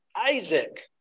isaac